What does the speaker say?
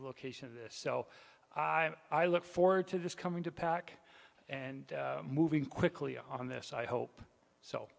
location so i look forward to this coming to pack and moving quickly on this i hope so